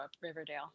Riverdale